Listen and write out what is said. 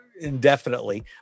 indefinitely